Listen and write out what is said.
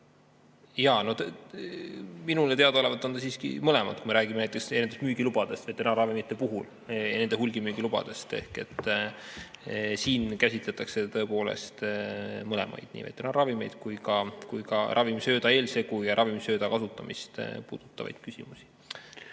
Jaa, minule teadaolevalt on ta siiski mõlemat, kui me räägime näiteks müügilubadest, veterinaarravimite hulgimüügilubadest. Siin käsitletakse tõepoolest mõlemat, nii veterinaarravimeid kui ka ravimsööda eelsegu ja ravimsööda kasutamist puudutavaid küsimusi.